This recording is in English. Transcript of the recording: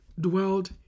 dwelled